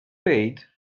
paid